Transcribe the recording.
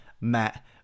Matt